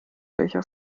welcher